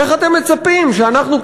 איך אתם מצפים שאנחנו,